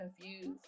confused